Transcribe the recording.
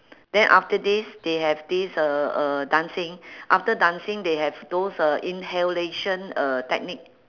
then after this they have this uh uh dancing after dancing they have those uh inhalation uh technique